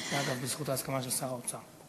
זה, אגב, בזכות ההסכמה של שר האוצר.